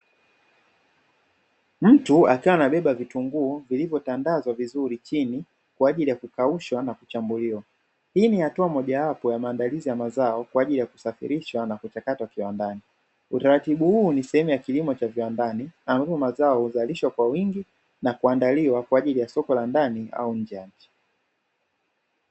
Mtu akiwa anabeba vitunguu vilivyotandazwa vizuri chini kwa ajili ya kukaushwa na kuchambuliwa, hii ni hatua mojawapo ya maandalizi ya mazao kwa ajili ya kusafirisha na kuchakatwa kiwandani, utaratibu huu ni sehemu ya kilimo cha viwandani ambavyo mazao huzalishwa kwa wingi na kuandaliwa kwa ajili ya soko la ndani au nje ya nchi.